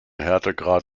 härtegrad